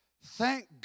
Thank